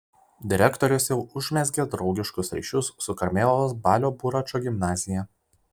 direktorius jau užmezgė draugiškus ryšius su karmėlavos balio buračo gimnazija